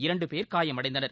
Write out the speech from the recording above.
இரண்டுபேர் காயமடைந்தனர்